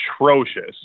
atrocious